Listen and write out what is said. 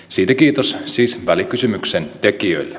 siitä kiitos siis välikysymyksen tekijöille